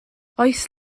oes